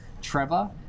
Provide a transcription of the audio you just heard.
Trevor